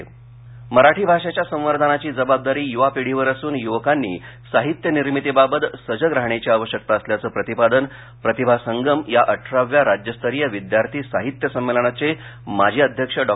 प्रतिभा संगम मराठी भाषेच्या संवर्धनाची जबाबदारी युवा पिढीवर असून युवकांनी साहित्य निर्मितीबाबत सजग राहण्याची आवश्यकता असल्याचं प्रतिपादन प्रतिभा संगम या अठराव्या राज्यस्तरीय विद्यार्थी साहित्य संमेलनाचे माजी अध्यक्ष डॉ